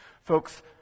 Folks